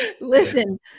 Listen